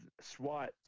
SWAT